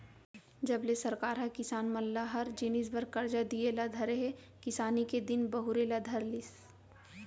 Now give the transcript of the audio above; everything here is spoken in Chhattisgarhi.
जब ले सरकार ह किसान मन ल हर जिनिस बर करजा दिये ल धरे हे किसानी के दिन बहुरे ल धर लिस